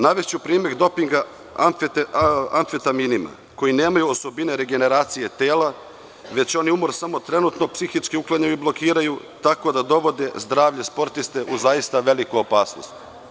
Navešću primer dopinga antivitaminima koji nemaju osobine regeneracije tela, već oni umor samo trenutno psihički uklanjaju i blokiraju, tako da dovode zdravlje sportiste u zaista veliku opasnost.